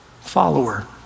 Follower